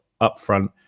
upfront